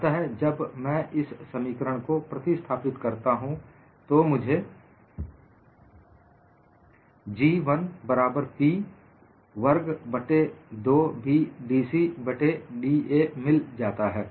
अत जब मैं इस समीकरण को प्रतिस्थापित करता हूं तो मुझे G1 बराबर P वर्ग बट्टे 2B dC बट्टे da मिल जाता है